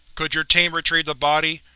could your team retrieve the body?